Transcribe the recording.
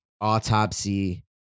autopsy